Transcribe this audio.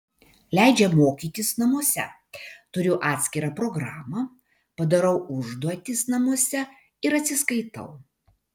leidžia mokytis namuose turiu atskirą programą padarau užduotis namuose ir atsiskaitau